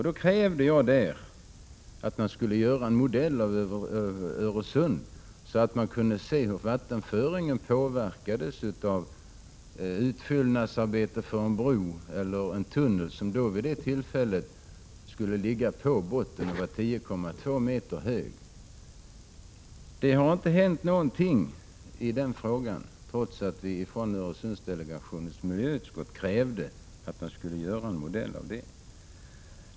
Där krävde jag att man skulle göra en modell av Öresund så att man kunde se hur vattenföringen påverkades av utfyllnadsarbete för en bro eller en tunnel, som vid det tillfället skulle ligga på bottnen och vara 10,2 m hög. Det har inte hänt någonting i den frågan, trots att vi från Öresundsdelegationens miljöutskott krävde att man skulle upprätta en sådan modell.